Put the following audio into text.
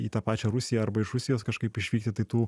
į tą pačią rusiją arba iš rusijos kažkaip išvykti tai tų